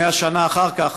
100 שנה אחר כך